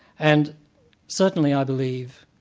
and certainly i believe,